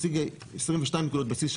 השיגה 22 נקודות בסיס,